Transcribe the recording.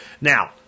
Now